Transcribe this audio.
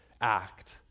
act